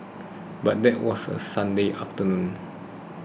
but that was a Sunday afternoon